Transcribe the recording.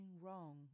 wrong